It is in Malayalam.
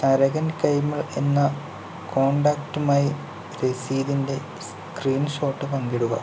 തരകൻ കൈമൾ എന്ന കോൺടാക്റ്റുമായി രസീതിൻ്റെ സ്ക്രീൻഷോട്ട് പങ്കിടുക